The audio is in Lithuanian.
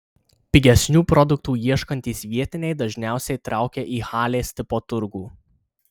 pigesnių produktų ieškantys vietiniai dažniausiai traukia į halės tipo turgų